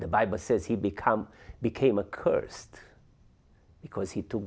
the bible says he become became a curse because he too